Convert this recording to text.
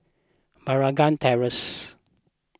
Meragi Terrace